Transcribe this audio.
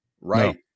right